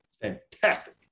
Fantastic